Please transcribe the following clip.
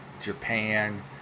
Japan